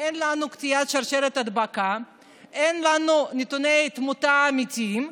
אין לנו קטיעת שרשרת הדבקה; אין לנו נתוני תמותה אמיתיים,